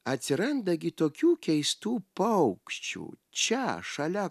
atsiranda gi tokių keistų paukščių čia šalia